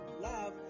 love